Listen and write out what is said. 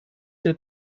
der